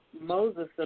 Moses